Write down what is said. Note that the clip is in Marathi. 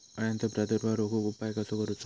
अळ्यांचो प्रादुर्भाव रोखुक उपाय कसो करूचो?